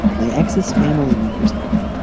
my ex's family members know,